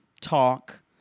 talk